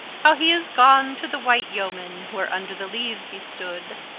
how he is gone to the wight yeoman, where under the leaves he stood.